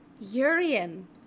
Urian